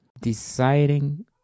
deciding